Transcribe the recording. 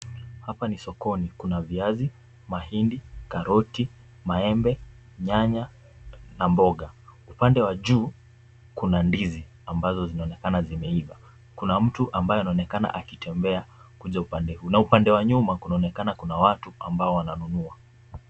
Hapa ni sokoni, kuna viazi, mahindi, karoti, maembe, nyanya na mboga. Upande wa juu kuna ndizi ambazo zinaonekana zimeiva. Kuna mtu ambaye anaonekana akitembea kuja upande huu na upande wa nyuma kunaonekana kuna watu ambao wananunua.